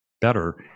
better